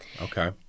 Okay